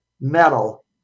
metal